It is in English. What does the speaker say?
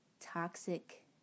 toxic